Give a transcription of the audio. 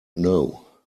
know